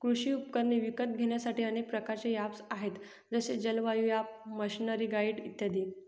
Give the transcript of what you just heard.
कृषी उपकरणे विकत घेण्यासाठी अनेक प्रकारचे ऍप्स आहेत जसे जलवायु ॲप, मशीनरीगाईड इत्यादी